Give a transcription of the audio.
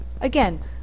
Again